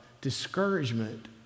discouragement